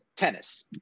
Tennis